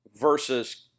Versus